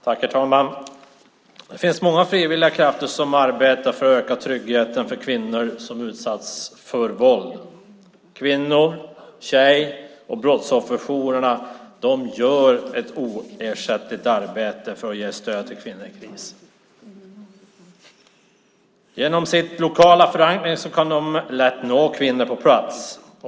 Herr talman! Det finns många frivilliga krafter som arbetar för att öka tryggheten för kvinnor som utsatts för våld. Kvinno-, tjej och brottsofferjourerna gör ett oersättligt arbete för att ge stöd till kvinnor i kris. Genom sin lokala förankring kan de lätt nå kvinnor på plats.